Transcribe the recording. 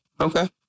okay